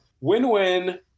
Win-win